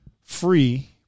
free